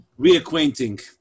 reacquainting